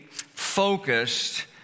Focused